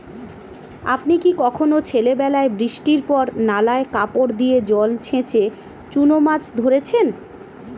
আপনি কি কখনও ছেলেবেলায় বৃষ্টির পর নালায় কাপড় দিয়ে জল ছেঁচে চুনো মাছ ধরেছেন?